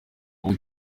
ubu